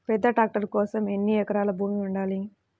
పెద్ద ట్రాక్టర్ కోసం ఎన్ని ఎకరాల భూమి ఉండాలి?